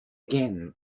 again